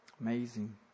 Amazing